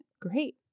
Great